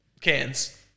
cans